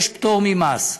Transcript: יש פטור ממס.